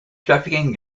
trafficking